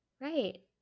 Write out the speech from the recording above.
Right